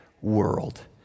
world